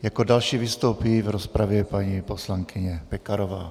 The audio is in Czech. Jako další vystoupí v rozpravě paní poslankyně Pekarová.